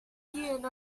and